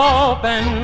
open